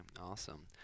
awesome